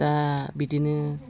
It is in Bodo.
दा बिदिनो